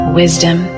wisdom